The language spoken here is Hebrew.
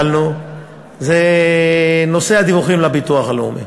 זה נושא הדיווחים לביטוח הלאומי.